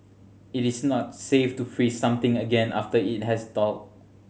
it is not safe to freeze something again after it has thawed